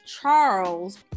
Charles